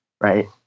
right